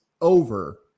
over